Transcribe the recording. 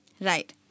Right